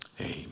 Amen